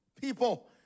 People